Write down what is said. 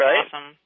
awesome